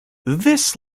this